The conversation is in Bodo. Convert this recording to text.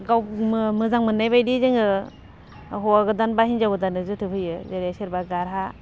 गाव मोजां मोननाय बायदि जोङो हौवा गोदान बा हिनजाव गोदाननो जोथोब होयो जेरै सोरबा गारहा